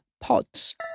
pods